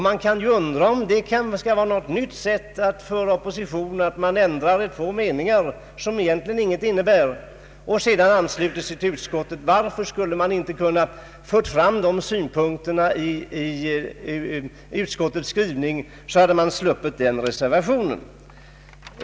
Skall det vara ett nytt sätt att föra opposition att göra en ändring i två meningar som egentligen ingenting innebär och sedan ansluta sig till utskottet? Varför framfördes inte synpunkterna på ett sådant sätt att de kunnat komma med i utskottets skrivning, varigenom det hade blivit en reservation mindre?